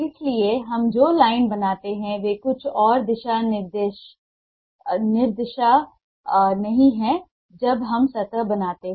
इसलिए हम जो लाइन बनाते हैं वे कुछ और दिशा निर्देश नहीं हैं जब हम सतह बनाते हैं